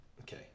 Okay